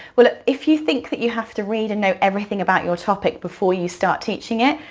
well, if you think that you have to read and know everything about your topic before you start teaching it,